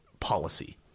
Policy